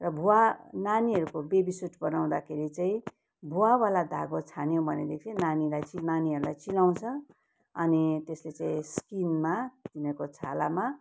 र भुवा नानीहरूको बेबी सुट बनाउँदाखेरि चाहिँ भुवावाला धागो छान्यो भनेदेखि नानीलाई चि नानीहरूलाई चिलाउँछ अनि त्यसले चाहिँ स्किनमा तिनीहरूको छालामा